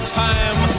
time